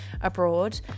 abroad